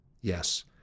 Yes